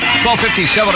1257